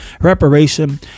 reparation